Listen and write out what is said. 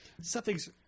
something's